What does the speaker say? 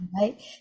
right